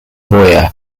boyar